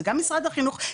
וגם משרד החינוך,